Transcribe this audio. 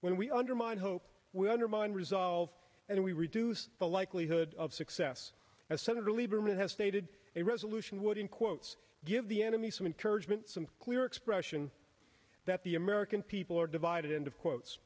when we undermine hope we undermine resolve and we reduce the likelihood of success as senator lieberman has stated a resolution would in quotes give the enemy some encouragement some queer expression that the american people are divided into